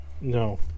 No